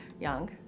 young